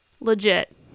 legit